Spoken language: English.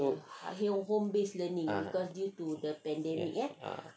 ah ah